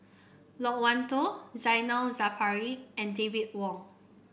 Loke Wan Tho Zainal Sapari and David Wong